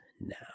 now